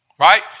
Right